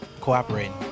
cooperating